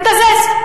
מתזז.